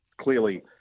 clearly